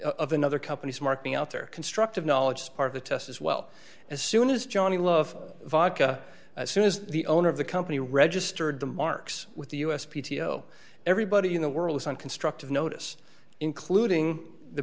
when another company is marking out their constructive knowledge as part of the test as well as soon as johnny law of vodka as soon as the owner of the company registered the marks with the u s p t o everybody in the world is on constructive notice including the